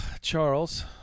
Charles